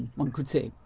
one could say.